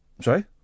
Sorry